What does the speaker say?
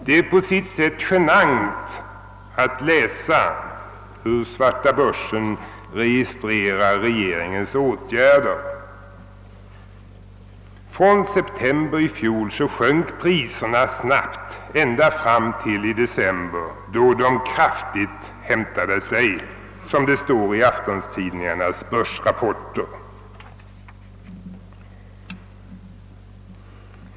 Det är genant att läsa hur svarta börsen reagerar på regeringens åtgärder; från september i fjol sjönk priserna snabbt ända fram till december, då de »kraftigt hämtade sig», som det står i aftontidningarnas börsrapporter.